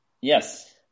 Yes